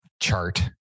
chart